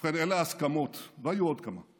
ובכן, אלו ההסכמות, והיו עוד כמה,